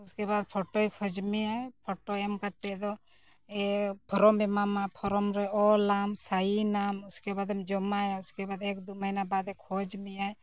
ᱤᱥᱠᱮᱵᱟᱫ ᱯᱷᱚᱴᱳᱭ ᱠᱷᱚᱡ ᱢᱮᱭᱟᱭ ᱯᱷᱚᱴᱳᱭ ᱮᱢ ᱠᱟᱛᱮᱫ ᱫᱚ ᱯᱷᱚᱨᱚᱢᱮ ᱮᱢᱟᱢᱟ ᱯᱷᱚᱨᱚᱢ ᱨᱮ ᱚᱞᱟᱢ ᱥᱟᱭᱤᱱᱟᱢ ᱩᱥᱠᱮ ᱵᱟᱫᱮᱢ ᱡᱚᱢᱟᱭᱟ ᱩᱥᱠᱮ ᱵᱟᱫ ᱮᱠ ᱫᱩ ᱢᱟᱹᱦᱤᱱᱟ ᱵᱟᱫᱮ ᱠᱷᱚᱡ ᱢᱮᱭᱟᱭ